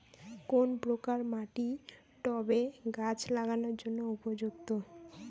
কোন প্রকার মাটি টবে গাছ লাগানোর জন্য উপযুক্ত?